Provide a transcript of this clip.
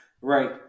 right